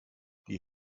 die